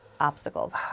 obstacles